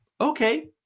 Okay